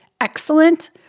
excellent